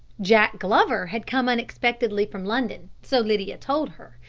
jack glover had come unexpectedly from london, so lydia told her,